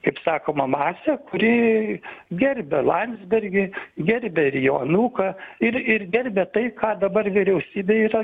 kaip sakoma masę kuri gerbia landsbergį gerbia ir jo anūką ir ir gerbia tai ką dabar vyriausybė yra